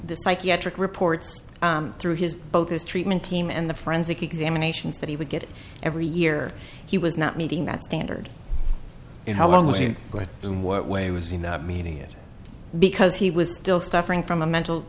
the psychiatric reports through his both his treatment team and the forensic examinations that he would get every year he was not meeting that standard in how long was he going and what way was he not meaning it because he was still suffering from a mental